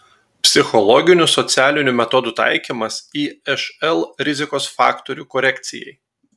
psichologinių socialinių metodų taikymas išl rizikos faktorių korekcijai